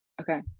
okay